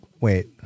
Wait